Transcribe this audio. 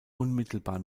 unmittelbar